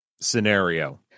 scenario